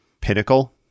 pinnacle